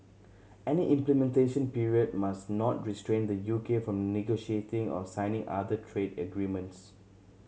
any implementation period must not restrain the U K from negotiating or signing other trade agreements